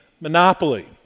Monopoly